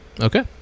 Okay